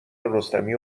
رستمی